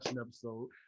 episode